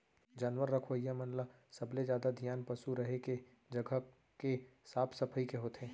जानवर रखइया मन ल सबले जादा धियान पसु रहें के जघा के साफ सफई के होथे